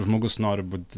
žmogus nori būt